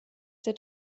der